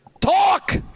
talk